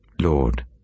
Lord